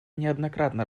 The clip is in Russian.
неоднократно